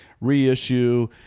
reissue